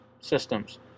systems